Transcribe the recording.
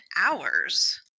hours